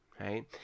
right